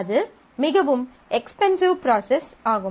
அது மிகவும் expensive process ஆகும்